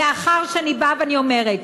לאחר שאני באה ואני אומרת: